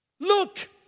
Look